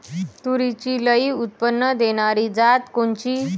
तूरीची लई उत्पन्न देणारी जात कोनची?